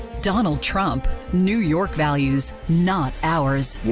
donald trump new york values, not ours.